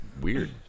weird